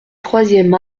troisième